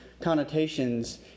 connotations